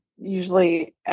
usually